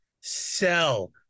Sell